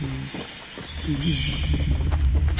एह् इयै बस इन्ना गै